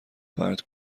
پرت